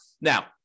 Now